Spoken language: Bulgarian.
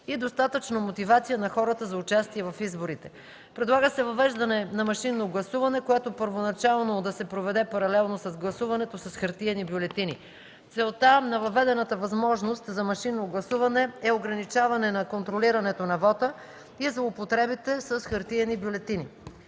и достатъчна мотивация на хората за участие в изборите. Предлага се въвеждане на машинно гласуване, което първоначално да се проведе паралелно с гласуването с хартиени бюлетини. Целта на въведената възможност за машинно гласуване е ограничаване на контролирането на вота и злоупотребите с хартиени бюлетини.